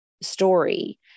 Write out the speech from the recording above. story